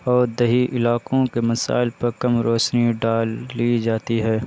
اور دیہی علاقوں کے مسائل پر کم روشنی ڈال لی جاتی ہے